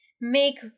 make